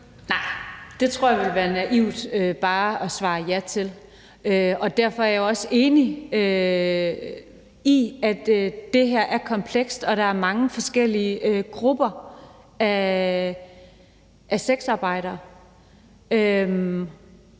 Nej, det tror jeg ville være naivt bare at svare ja til, og derfor er jeg også enig i, at det her er komplekst. Der er mange forskellige grupper af sexarbejdere, men